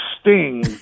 Sting